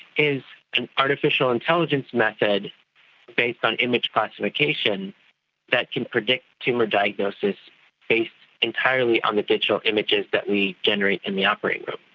is an artificial intelligence method based on image classification that can predict tumour diagnosis based entirely on the digital images that we generate in the operating room.